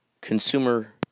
Consumer